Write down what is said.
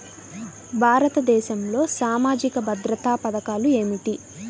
భారతదేశంలో సామాజిక భద్రతా పథకాలు ఏమిటీ?